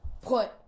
put